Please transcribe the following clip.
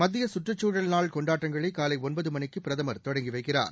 மத்திய கற்றுச்சூழல் நாள் கொண்டாட்டங்களை காலை ஒன்பது மணிக்குத் பிரதமா் தொடங்கி வைக்கிறார்